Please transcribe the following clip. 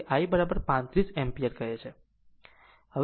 અને આ કરંટ મુલ્ય છે જે I 35 એમ્પીયર કહે છે